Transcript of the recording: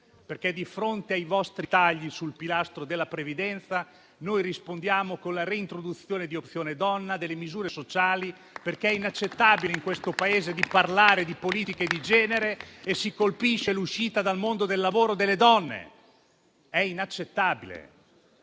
perché, di fronte ai vostri tagli sul pilastro della previdenza, noi rispondiamo con la reintroduzione di Opzione donna e delle misure sociali, perché è inaccettabile in questo Paese parlare di politiche di genere e colpire l'uscita dal mondo del lavoro delle donne. È inaccettabile.